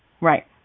Right